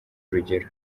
urugero